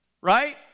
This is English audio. Right